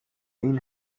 این